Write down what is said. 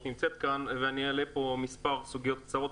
נמצאת כאן ואני אעלה כאן מספר סוגיות קצרות.